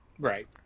Right